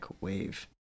wave